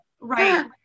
right